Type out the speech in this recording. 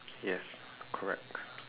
yes correct